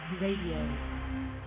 Radio